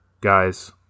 guys